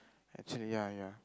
actually ya ya